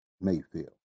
Mayfield